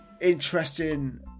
interesting